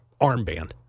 armband